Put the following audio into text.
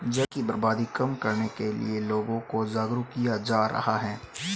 जल की बर्बादी कम करने के लिए लोगों को जागरुक किया जा रहा है